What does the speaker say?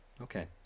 Okay